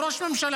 או ראש ממשלה?